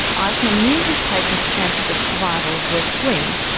eiseman knew his patients' chances of survival were slim,